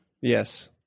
Yes